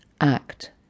act